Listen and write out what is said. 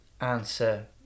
answer